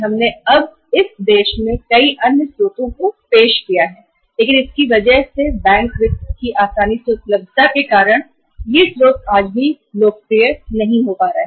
हमने अब इस देश में कई अन्य स्रोतों को पेश किया है लेकिन बैंक वित्त की आसान उपलब्धता के कारण आज भी यह अन्य स्रोत सही से लोक प्रिय नहीं हो पा रहे हैं